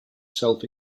self